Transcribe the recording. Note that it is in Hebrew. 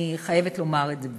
אני חייבת לומר את זה.